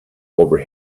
over